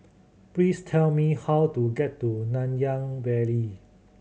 please tell me how to get to Nanyang Valley